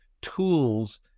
tools